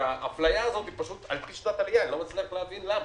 האפליה הזאת היא על פי שנת עלייה ואני לא מצליח להבין למה.